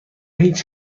هیچ